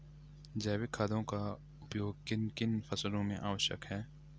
जैविक खादों का उपयोग किन किन फसलों में आवश्यक है?